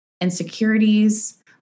insecurities